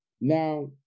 Now